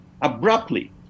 abruptly